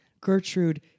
Gertrude